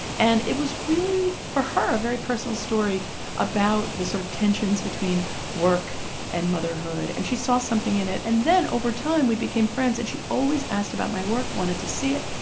and it was really, for her, a very personal story about the sort of tensions between work and motherhood. and she saw something in it. and then, over time, we became friends. and she always asked about my work, wanted to see it.